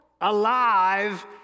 alive